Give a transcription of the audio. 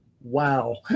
Wow